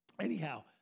anyhow